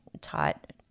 taught